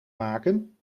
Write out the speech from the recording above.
maken